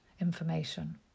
information